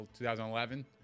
2011